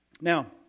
Now